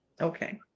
Okay